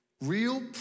Real